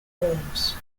forms